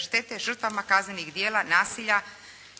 štete žrtvama kaznenih djela nasilja